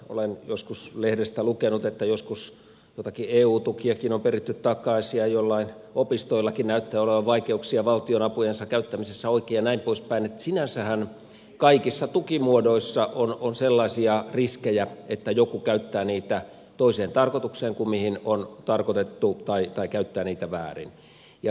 olen joskus lehdestä lukenut että joskus joitakin eu tukiakin on peritty takaisin ja joillain opistoillakin näyttää olevan vaikeuksia valtionapujensa käyttämisessä oikein ja näin poispäin niin että sinänsähän kaikissa tukimuodoissa on sellaisia riskejä että joku käyttää niitä toiseen tarkoitukseen kuin mihin on tarkoitettu tai käyttää niitä väärin